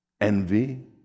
envy